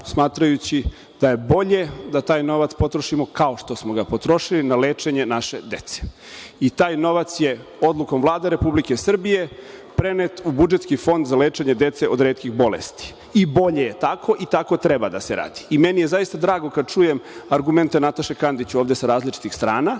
smatrajući da je to bolje da taj novac potrošimo, kao što smo ga potrošili, na lečenje naše dece. Taj novac je odlukom Vlade Republike Srbije prenet u budžetski fond za lečenje dece od retkih bolesti. I bolje je tako, i tako treba da se radi. Meni je zaista drago kada čujem argumente Nataše Kandić, ovde sa različitih strana,